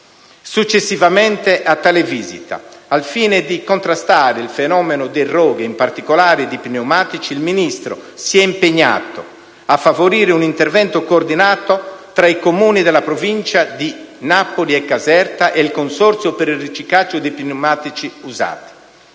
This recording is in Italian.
Successivamente a tale visita, al fine di contrastare il fenomeno dei roghi, in particolare di pneumatici, il Ministro si è impegnato a favorire un intervento coordinato tra i Comuni della provincia di Napoli e Caserta ed il consorzio per il riciclaggio dei pneumatici usati.